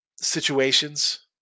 situations